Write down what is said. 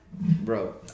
Bro